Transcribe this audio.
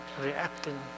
reacting